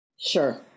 Sure